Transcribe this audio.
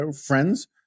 friends